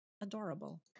Adorable